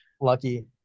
Lucky